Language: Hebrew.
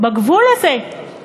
בגבול הזה,